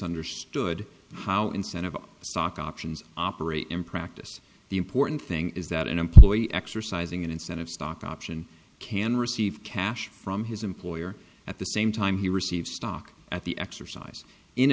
misunderstood how incentive stock options operate in practice the important thing is that an employee exercising an incentive stock option can receive cash from his employer at the same time he receives stock at the exercise in